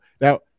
Now